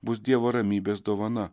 bus dievo ramybės dovana